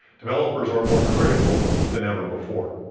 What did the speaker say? developers are more critical than ever before.